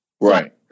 right